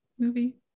movie